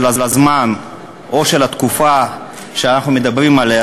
הזמן או של התקופה שאנחנו מדברים עליה,